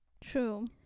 True